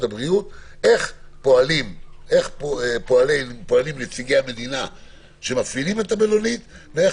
הבריאות איך פועלים נציגי המדינה שמפעילים את המלונית ואיך